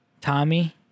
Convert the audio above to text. Tommy